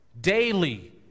daily